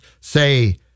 say